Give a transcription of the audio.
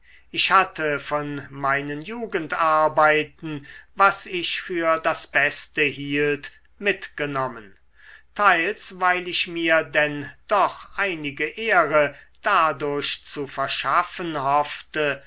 ich hatte von meinen jugendarbeiten was ich für das beste hielt mitgenommen teils weil ich mir denn doch einige ehre dadurch zu verschaffen hoffte